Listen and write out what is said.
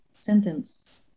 sentence